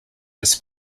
his